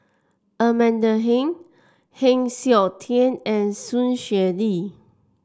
Amanda Heng Heng Siok Tian and Sun Xueling